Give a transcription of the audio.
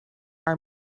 our